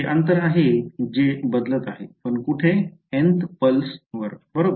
हे अंतर आहे जे बदलत आहे पण कुठे nth पल्स बरोबर